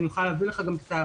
אני יכולה גם להביא לך תאריכים,